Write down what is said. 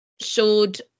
showed